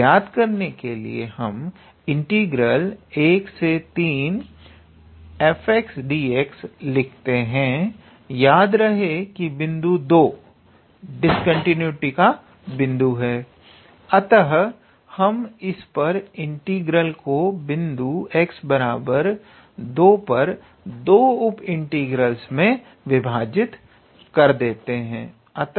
तो ज्ञात करने के लिए हम इंटीग्रल 13fdx लिखते हैं याद रहे बिंदु 2 डिस्कंटीन्यूटी का बिंदु है अतः हम इस इंटीग्रल को बिंदु x2 पर 2 उप इंटीग्रलस मे विभाजित कर देते हैं